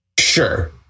Sure